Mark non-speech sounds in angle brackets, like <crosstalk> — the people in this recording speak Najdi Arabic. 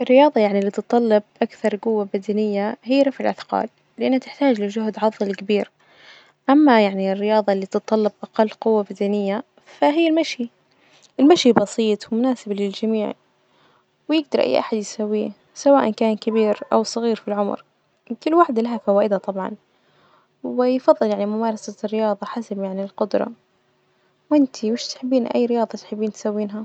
الرياظة يعني اللي تتطلب أكثر جوة بدنية هي رفع الأثقال، لإنها تحتاج لجهد عظلي كبير، أما يعني الرياظة اللي تتطلب أقل قوة بدنية فهي المشي، المشي بسيط ومناسب للجميع، ويجدر أي أحد يسويه سواء <noise> كان كبير أو صغير في العمر، وكل واحدة لها فوائدها طبعا، ويفظل يعني ممارسة الرياظة حسب يعني القدرة، وإنتي وش تحبين أي رياظة تحبين تسوينها?